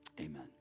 amen